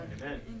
Amen